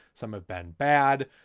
some have been bad.